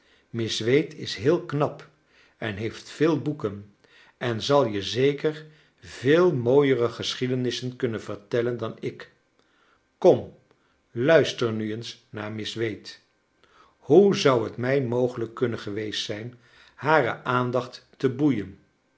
miss wade is heel knap en heeft veel boeken en zal je zeker veel mooiere geschiedenissen kunnen vertellen dan ik kom luister nu eens naar miss wade hoe zou het mij mogelijk kunnen geweest zijn hare aandacht te boeien